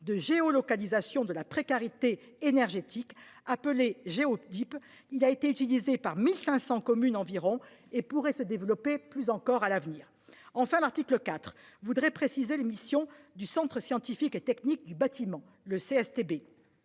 de géolocalisation de la précarité énergétique. J'ai type il a été utilisé par 1500 communes environ et pourrait se développer plus encore à l'avenir. Enfin l'article IV voudrais préciser les missions du Centre scientifique et technique du bâtiment, le CSTB